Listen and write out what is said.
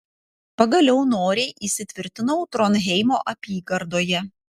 pagaliau noriai įsitvirtinau tronheimo apygardoje